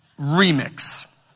Remix